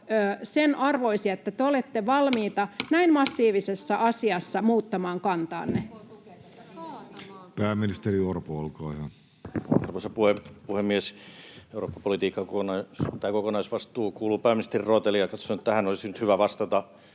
sen arvoisia, että te olette valmiita näin massiivisessa asiassa muuttamaan kantaanne? Pääministeri Orpo, olkaa hyvä. Arvoisa puhemies! Eurooppapolitiikan kokonaisvastuu kuuluu pääministerin rooteliin, ja katson, että tähän olisi nyt hyvä vastata.